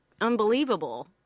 unbelievable